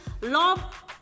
love